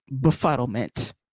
befuddlement